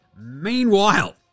Meanwhile